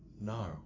No